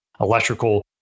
electrical